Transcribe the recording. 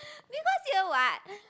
because year what